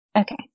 Okay